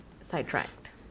sidetracked